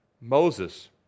Moses